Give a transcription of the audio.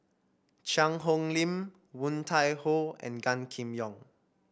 Cheang Hong Lim Woon Tai Ho and Gan Kim Yong